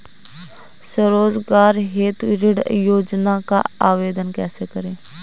स्वरोजगार हेतु ऋण योजना का आवेदन कैसे करें?